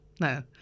no